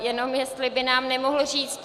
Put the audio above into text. Jenom jestli by nám nemohl říct.